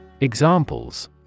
Examples